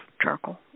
charcoal